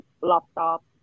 laptop